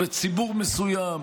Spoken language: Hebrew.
או בציבור מסוים,